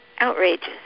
outrageous